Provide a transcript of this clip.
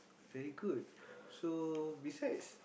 very good so besides